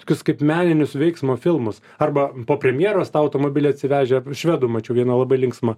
tokius kaip meninius veiksmo filmus arba po premjeros tą automobilį atsivežę švedų mačiau vieną labai linksmą